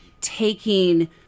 taking